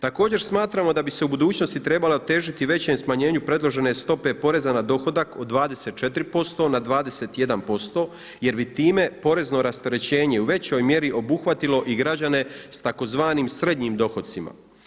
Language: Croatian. Također smatramo da bi se u budućnosti trebalo težiti većem smanjenju predložene stope poreza na dohodak od 24% na 21% jer bi time porezno rasterećenje u većoj mjeri obuhvatilo i građane s tzv. srednjim dohocima.